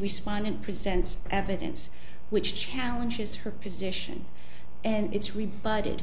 respondent presents evidence which challenges her position and it's rebut it